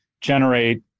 generate